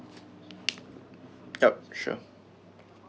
yup sure